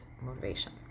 motivation